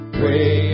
pray